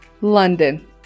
London